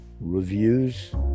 reviews